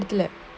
இடத்துல:idathula